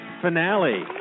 finale